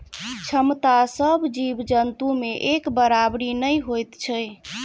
क्षमता सभ जीव जन्तु मे एक बराबरि नै होइत छै